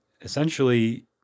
essentially